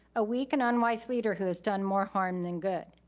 a weak and unwise leader who has done more harm than good.